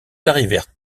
arrivèrent